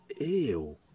Ew